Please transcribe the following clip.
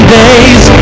days